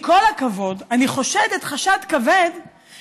כשדב עלה אחרי